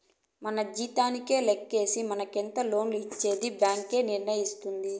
మన జీతానికే లెక్కేసి మనకెంత లోన్ ఇచ్చేది బ్యాంక్ ఏ నిర్ణయిస్తుంది